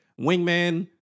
wingman